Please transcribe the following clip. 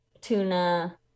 tuna